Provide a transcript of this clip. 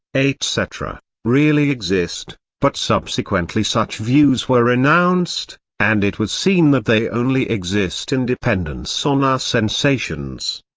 etc, really exist but subsequently such views were renounced, and it was seen that they only exist in dependence on our sensations.